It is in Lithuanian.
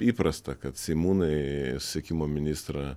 įprasta kad seimūnai susisiekimo ministrą